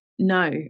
No